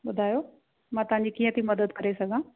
ॿुधायो मां तव्हांजी कीअं थी मदद करे सघां